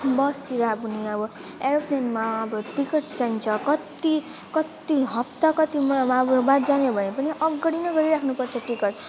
बसतिर पनि अब एरोप्लेनमा अब टिकट चाहिन्छ कति कति हप्ता कति महिनामा अब बाद जाने हो भने पनि अगाडि नै गरिराख्नु पर्छ टिकट